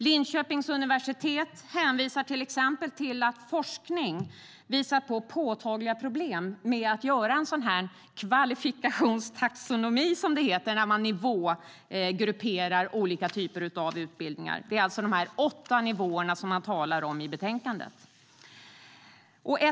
Linköpings universitet hänvisar till exempel till att forskning visat på påtagliga problem med att göra en kvalifikationstaxonomi, som det heter, där man nivågrupperar olika typer av utbildningar. Det gäller de åtta nivåer man talar om i betänkandet.